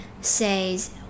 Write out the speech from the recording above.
says